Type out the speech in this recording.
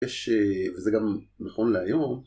וזה גם נכון להיום.